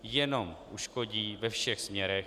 Jenom uškodí ve všech směrech.